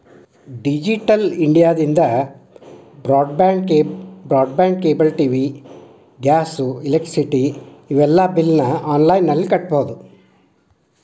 digital ಇಂಡಿಯಾದಿಂದ broadband cable TV gas electricity gas ಇವೆಲ್ಲಾ ಬಿಲ್ನ ಆನ್ಲೈನ್ ನಲ್ಲಿ ಕಟ್ಟಬೊದು